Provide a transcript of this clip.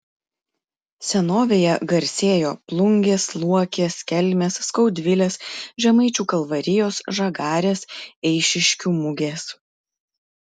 senovėje garsėjo plungės luokės kelmės skaudvilės žemaičių kalvarijos žagarės eišiškių mugės